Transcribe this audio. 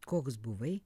koks buvai